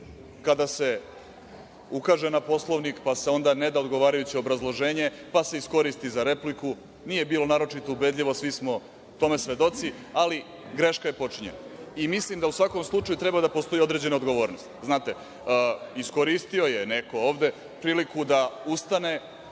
Kada se ukaže na Poslovnik, pa se onda ne da odgovarajuće obrazloženje, pa se iskoristi za repliku, nije bilo naročito ubedljivo, svi smo tome svedoci, ali, greška je počinjena. I mislim da u svakom slučaju treba da postoji određena odgovornost. Znate, iskoristio je neko ovde priliku da ustane,